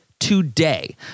today